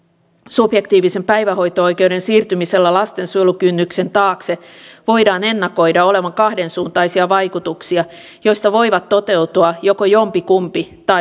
subjektiivisen päivähoito oikeuden siirtymisellä lastensuojelukynnyksen taakse voidaan ennakoida olevan kahdensuuntaisia vaikutuksia joista voivat toteutua joko jommatkummat tai molemmat